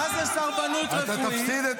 -- מה זה סרבנות רפואית.